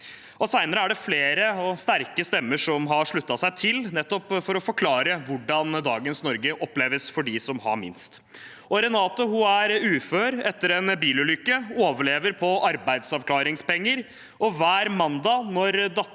Senere er det flere og sterke stemmer som har sluttet seg til, nettopp for å forklare hvordan dagens Norge oppleves for dem som har minst. Renate er ufør etter en bilulykke, overlever på arbeidsavklaringspenger, og hver mandag, når dattera